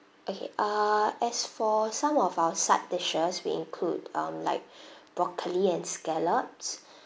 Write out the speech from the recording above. okay uh as for some of our side dishes we include um like broccoli and scallops